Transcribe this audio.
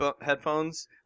headphones